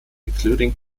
including